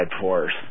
force